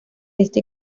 este